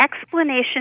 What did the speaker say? explanation